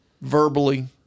verbally